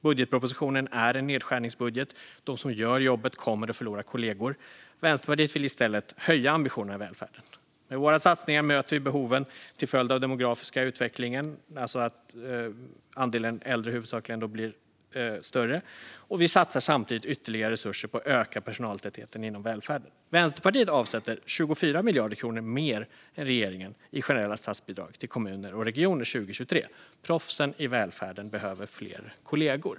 Budgetpropositionen är en nedskärningsbudget. De som gör jobbet kommer att förlora kollegor. Vänsterpartiet vill i stället höja ambitionerna i välfärden. Med våra satsningar möter vi behoven till följd av den demografiska utvecklingen, huvudsakligen en större andel äldre, och vi satsar samtidigt ytterligare resurser på att öka personaltätheten inom välfärden. Vänsterpartiet avsätter 24 miljarder kronor mer än regeringen i generella statsbidrag till kommuner och regioner 2023. Proffsen i välfärden behöver fler kollegor.